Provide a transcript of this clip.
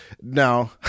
No